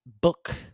book